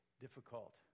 difficult